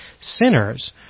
sinners